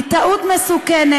היא טעות מסוכנת,